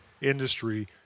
industry